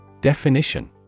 Definition